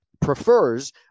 prefers